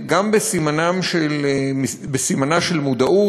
גם בסימנה של מודעות,